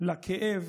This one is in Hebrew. לכאב